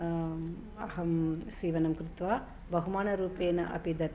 अहं सीवनं कृत्वा बहुमाननरूपेण अपि दत्तवती